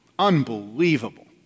Unbelievable